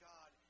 God